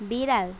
বিড়াল